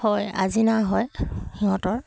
হয় আচিনা হয় সিহঁতৰ